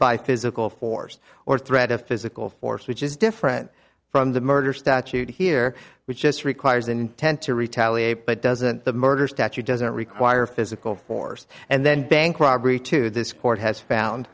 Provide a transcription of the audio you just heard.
by physical force or threat of physical force which is different from the murder statute here which just requires an intent to retaliate but doesn't the murder statute doesn't require physical force and then bank robbery to this court has found